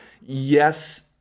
Yes